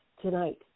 tonight